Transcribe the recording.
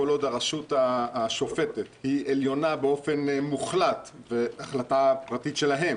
כל עוד הרשות השופטת היא עליונה באופן מוחלט בהחלטה פרטית שלהם